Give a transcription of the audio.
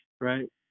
right